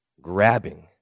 grabbing